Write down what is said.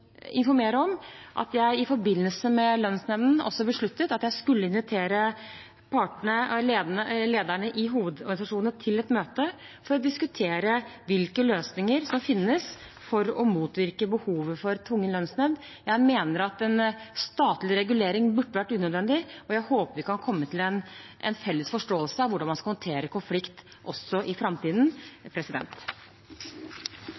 informere om at jeg i forbindelse med lønnsnemnden også besluttet at jeg skulle invitere partene, lederne i hovedorganisasjonene, til et møte for å diskutere hvilke løsninger som finnes for å motvirke behovet for tvungen lønnsnemnd. Jeg mener at en statlig regulering burde ha vært unødvendig, og jeg håper vi kan komme til en felles forståelse av hvordan man skal håndtere konflikt, også i framtiden.